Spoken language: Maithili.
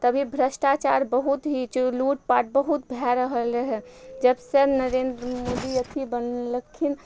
तभी भ्रष्टाचार बहुत ही चू लूटपाट बहुत भए रहल रहय जबसँ नरेन्द्र मोदी अथी बनलखिन